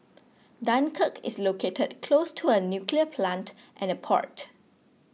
Dunkirk is located close to a nuclear plant and a port